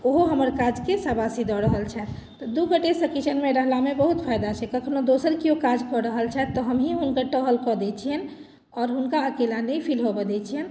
ओहो हमर काजके शाबाशी दऽ रहल छथि तऽ दू गोटेसँ किचनमे रहलामे बहुत फायदा छै कखनहुँ दोसर किओ काज कऽ रहल छथि तऽ हमहीँ हुनकर टहल कऽ दैत छियनि आओर हुनका अकेला नहि फील होबय दैत छियनि